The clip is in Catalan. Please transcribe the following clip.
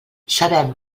sabem